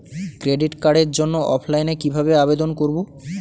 Credit কার্ডের জন্য অফলাইনে কিভাবে আবেদন করব?